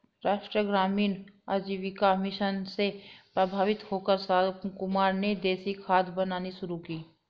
राष्ट्रीय ग्रामीण आजीविका मिशन से प्रभावित होकर रामकुमार ने देसी खाद बनानी शुरू की